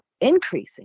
increasing